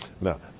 Now